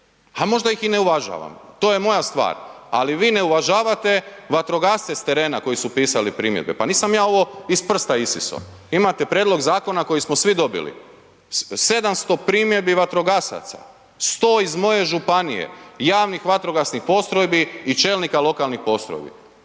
a možda ih i ne uvažavam, to je moja stvar, ali vi ne uvažavate vatrogasce s terena koji su pisali primjedbe, pa nisam ja ovo iz prsta isiso, imate prijedlog zakona koji smo svi dobili, 700 primjedbi vatrogasaca, 100 iz moje županije JVP i čelnika lokalnih postrojbi,